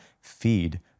feed